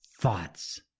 thoughts